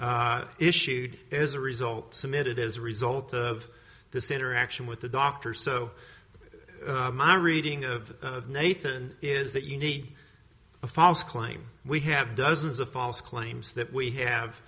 were issued as a result submitted as a result of this interaction with the doctor so my reading of nathan is that you need a false claim we have dozens of false claims that we have